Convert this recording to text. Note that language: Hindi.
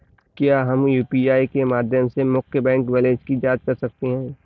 क्या हम यू.पी.आई के माध्यम से मुख्य बैंक बैलेंस की जाँच कर सकते हैं?